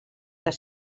les